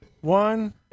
one